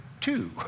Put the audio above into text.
two